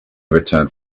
returned